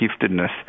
giftedness